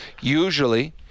usually